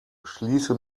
schließe